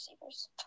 receivers